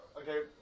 Okay